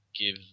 give